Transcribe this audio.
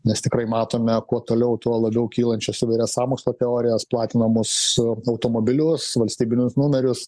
nes tikrai matome kuo toliau tuo labiau kylančias įvairias sąmokslo teorijas platinamus automobilius valstybinius numerius